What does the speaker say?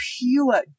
pure